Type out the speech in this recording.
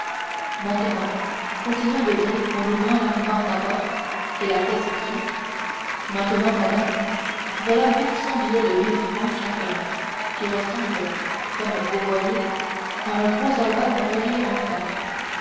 maintenant continua debray en ouvrant l'armoire d'abord et la caisse ensuite maintenant madame voilà huit cents billets de mille francs chacun qui ressemblent comme vous voyez à un gros album relié en fer